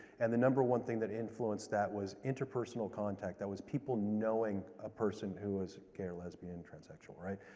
and the number one thing that influenced that was interpersonal contact. that was people knowing a person who was gay or lesbian or transsexual, right?